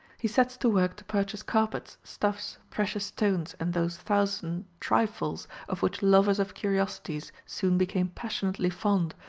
he sets to work to purchase carpets, stuffs, precious stones, and those thousand trifles of which lovers of curiosities soon became passionately fond,